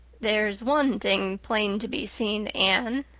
there's one thing plain to be seen, anne,